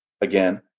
again